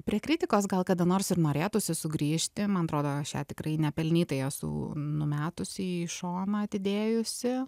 prie kritikos gal kada nors ir norėtųsi sugrįžti man atrodo aš ją tikrai nepelnytai esu numetusi į šoną atidėjusi